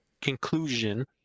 conclusion